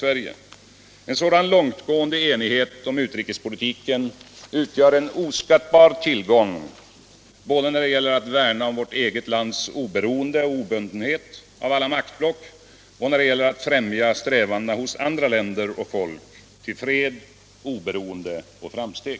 En sådan långtgående enighet om utrikespolitiken utgör en oskattbar tillgång både när det gäller att värna om vårt eget lands oberoende och obundenhet av alla maktblock och när det gäller att främja strävandena hos andra länder och folk till fred, oberoende och framsteg.